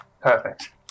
Perfect